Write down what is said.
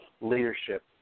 leadership